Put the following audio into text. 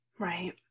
Right